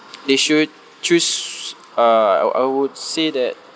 they should choose uh I I would say that